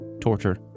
torture